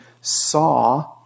saw